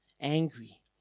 angry